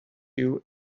you